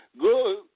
Good